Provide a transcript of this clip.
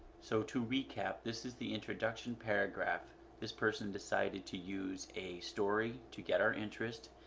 so to recap this is the introduction paragraph this person decided to use a story to get our interest,